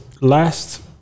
Last